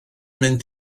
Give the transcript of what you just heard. mynd